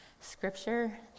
scripture